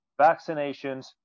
vaccinations